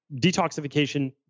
detoxification